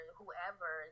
whoever